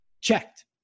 checked